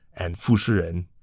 and fu shiren.